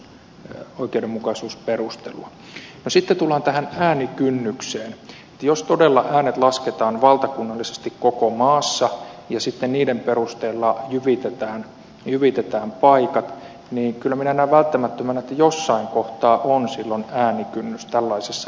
sitten tullaan tähän äänikynnykseen että jos todella äänet lasketaan valtakunnallisesti koko maassa ja sitten niiden perusteella jyvitetään paikat niin kyllä minä näen välttämättömänä että jossain kohtaa on silloin äänikynnys tällaisessa järjestelmässä